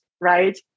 Right